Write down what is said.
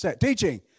teaching